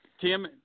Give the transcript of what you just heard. Tim